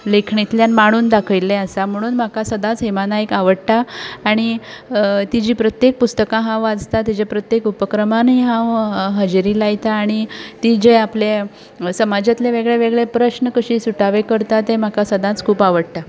लिखणेंतल्यान मांडून दाखयिल्लें आसा म्हणून म्हाका सदांच हेमा नायक आवडटा आणी तिजी प्रत्येक पुस्तकां हांव वाचतां तिचे प्रत्येक उपक्रमांनीय हांव हजेरी लायतां आणी ती जें आपलें समाजांतले वेगळे वेगळे प्रस्न कशे सुटावे करता ते म्हाका सदांच खूब आवडटा